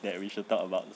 that we should talk about